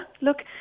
look